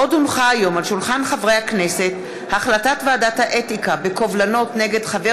עוד הונחה היום על שולחן הכנסת החלטת ועדת האתיקה בקובלנות נגד חבר